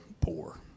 poor